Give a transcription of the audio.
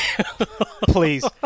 Please